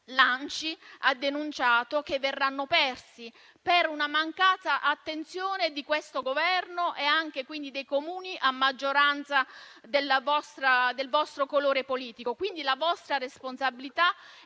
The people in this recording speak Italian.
l'ANCI ha denunciato che verranno persi per una mancata attenzione di questo Governo e dei Comuni con una maggioranza del vostro colore politico. La vostra responsabilità è